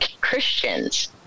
Christians